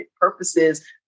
purposes